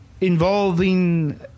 involving